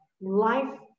life